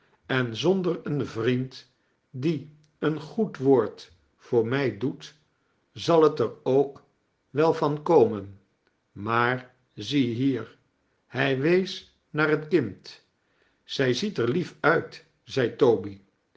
en zonder een vriend die een goed woord voor mij doet zal het er ook wel van komen maar ziehier hij wees naar het kind zij ziet er lief uit zei toby